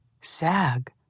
Sag